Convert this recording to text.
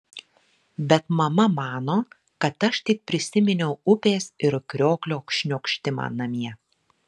bet mama mano kad aš tik prisiminiau upės ir krioklio šniokštimą namie